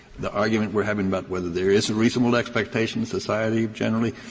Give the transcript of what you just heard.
the argument we're having about whether there is a reasonable expectation in society generally,